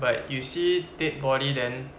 but you see dead body then